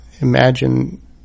imagine